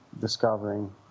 discovering